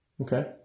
Okay